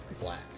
black